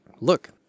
look